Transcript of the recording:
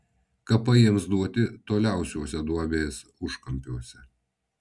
kapai jiems duoti toliausiuose duobės užkampiuose